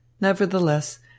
Nevertheless